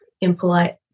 impolite